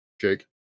jake